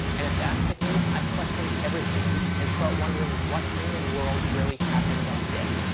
and if that's the case, i question everything and start wondering what in the world really happened that day.